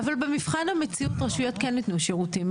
אבל במבחן המציאות רשויות כן ייתנו שירותים,